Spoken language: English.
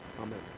Amen